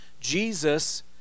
Jesus